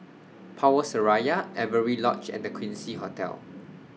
Power Seraya Avery Lodge and The Quincy Hotel